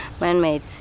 Man-made